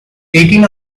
eighteen